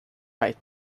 right